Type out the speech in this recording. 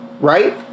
right